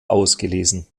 ausgelesen